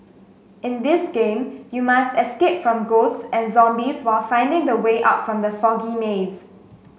in this game you must escape from ghosts and zombies while finding the way out from the foggy maze